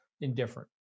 indifferent